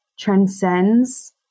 transcends